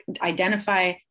identify